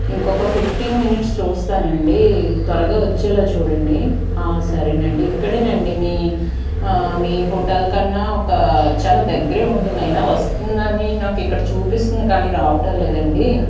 ఇంకొక fifteen minutes చూస్తానండి త్వరగా వచ్చేలా చూడండి ఆ సరేనండి ఇక్కడేనండి మీ మీ హోటల్ కన్నా ఒక చాలా దగ్గరే ఉంటుంది అయినా వస్తుందని నాకు ఇక్కడ చూపిస్తోంది కానీ రావటం లేదండి